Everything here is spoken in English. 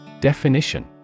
Definition